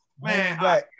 Man